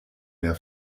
mehr